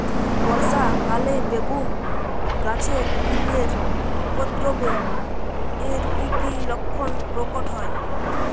বর্ষা কালে বেগুন গাছে কীটের উপদ্রবে এর কী কী লক্ষণ প্রকট হয়?